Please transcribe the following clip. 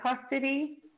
custody